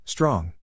Strong